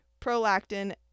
prolactin